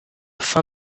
fin